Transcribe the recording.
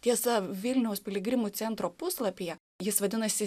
tiesa vilniaus piligrimų centro puslapyje jis vadinasi